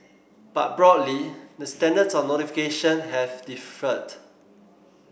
but broadly the standards on notification have differed